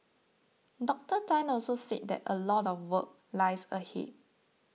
Doctor Tan also said that a lot of work lies ahead